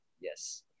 yes